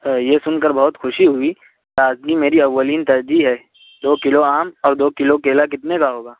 ہاں یہ سن کر خوشی ہوئی کہ آج بھی اولین ترجیح ہے دو کلو آم اور دو کلو کیلا کتنے کا ہوگا